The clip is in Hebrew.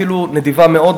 אפילו נדיבה מאוד,